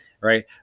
right